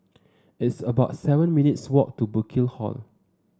it's about seven minutes' walk to Burkill Hall